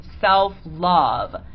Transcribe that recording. self-love